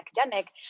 academic